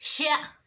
شےٚ